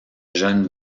jeune